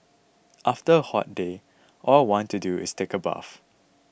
after a hot day all I want to do is take a bath